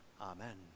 Amen